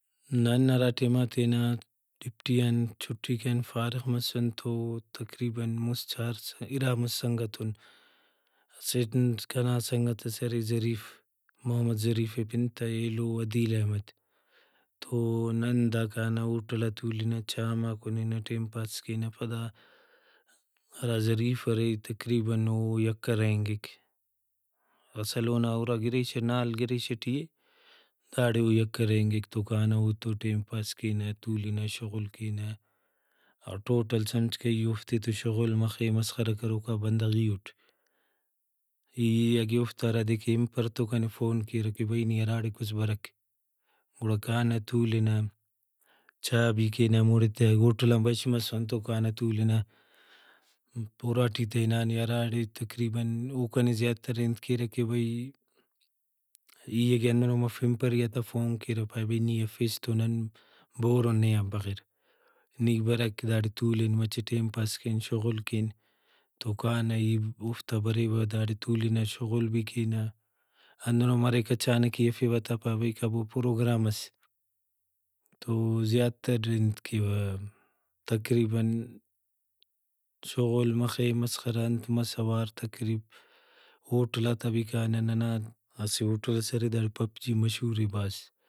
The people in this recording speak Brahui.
نن ہراٹائما تینا ڈیوٹی آن چھٹی کرین فارغ مسن تو تقریباً مُسہ چھار اِرا مُسہ سنگت اُن اسٹ کنا سنگتس ارے ظریف محمد ظریف اے پن تہ ایلو ودیر احمد تو نا داکانہ ہوٹلا تولنہ چاء ما کُنینہ ٹائم پاس کینہ پدا ہرا ظریف ارے تقریباً او یکہ رہینگک اصل اونا اور گِریشہ نال گِریشہ ٹی اے داڑے او یکہ رہینگک تو کانہ اوڑتو ٹائم پاس کینہ تولنہ شغل کینہ اور ٹوٹل سمجھکہ ای اوفتے تو شغل مخے مسخرہ کروکا بندغ ای اُٹ ای اگہ اوفتا ہرادے کہ ہنپر تو کنے فون کیرہ کہ بھئی نی ہراڑیکُس برک گڑا کانہ تولنہ چاء بھی کینہ ہموڑے تہ اگہ ہوٹلان بش مسن تو کانہ تُولنہ اُراٹی تہ ہنان یا ہراڑے تقریباً او کنے زیاترانت کیرہ کہ بھئی ای اگہ ہندنو مف ہنپر ایہاتہ فون کیرہ پائے بھئی نی افیس تو نن بور اُن نے آن بغیر نی برک داڑے تولن مچہ ٹائم پاس کین شغل کین تو کانہ ای اوفتا بریوہ داڑے تولنہ شغل بھی کینہ ہندنو مریک اچانک ای ہرفوہ تا پاوہ بھئی کبو پروگرامس۔ تو زیاتر ای انت کیوہ تقریباً شغل مخے مسخرہ انت مس اوارتقریب ہوٹلاتا بھی کانہ ۔ننا اسہ ہوٹل ئس ارے داڑے پب جی مشہورے بھاز